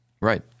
Right